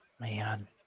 man